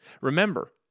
Remember